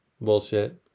bullshit